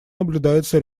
наблюдается